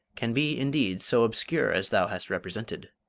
can be indeed so obscure as thou hast represented.